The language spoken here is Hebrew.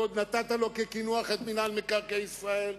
ועוד נתת לו כקינוח את מינהל מקרקעי ישראל,